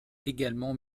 également